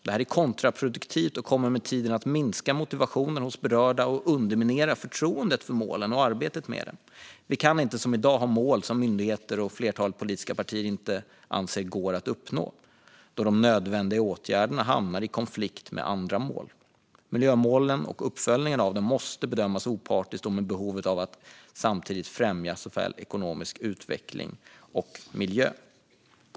Det är kontraproduktivt och kommer med tiden att minska motivationen hos berörda och underminera förtroendet för målen och arbetet med dem. Vi kan inte som i dag ha mål som myndigheter och ett flertal politiska partier anser inte går att uppnå, då de nödvändiga åtgärderna hamnar i konflikt med andra mål. Miljömålen och uppföljningen av dem måste bedömas opartiskt och utifrån behovet att samtidigt främja såväl ekonomisk utveckling som miljö.